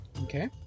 Okay